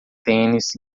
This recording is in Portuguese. tênis